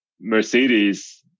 Mercedes